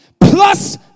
plus